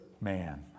Man